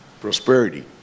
prosperity